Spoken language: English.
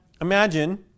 imagine